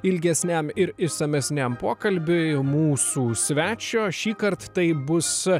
ilgesniam ir išsamesniam pokalbiui mūsų svečio šįkart taip bus